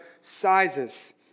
sizes